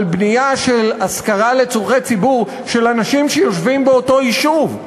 על בנייה להשכרה לצורכי ציבור לאנשים שיושבים באותו יישוב,